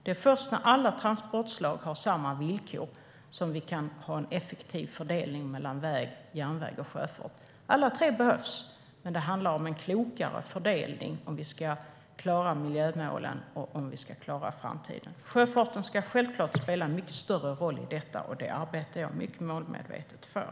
Det är först när alla transportslag har samma villkor som vi kan ha en effektiv fördelning mellan väg, järnväg och sjöfart. Alla tre behövs. Men det handlar om en klokare fördelning om vi ska klara miljömålen och framtiden. Sjöfarten ska självklart spela en mycket större roll i detta. Det arbetar jag mycket målmedvetet för.